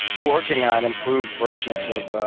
working on improved versions of